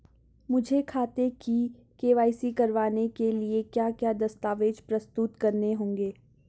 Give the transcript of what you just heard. मुझे खाते की के.वाई.सी करवाने के लिए क्या क्या दस्तावेज़ प्रस्तुत करने होंगे?